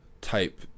type